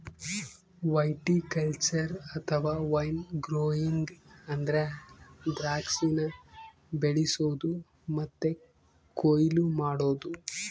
viticulture ಅಥವಾ vine growing ಅಂದ್ರ ದ್ರಾಕ್ಷಿನ ಬೆಳಿಸೊದು ಮತ್ತೆ ಕೊಯ್ಲು ಮಾಡೊದು